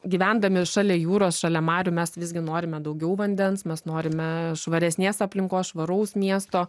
gyvendami šalia jūros šalia marių mes visgi norime daugiau vandens mes norime švaresnės aplinkos švaraus miesto